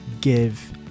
give